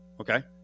Okay